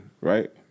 Right